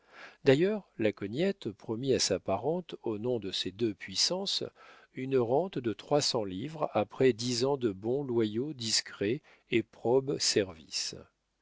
d'ailleurs la cognette promit à sa parente au nom de ces deux puissances une rente de trois cents livres après dix ans de bons loyaux discrets et probes services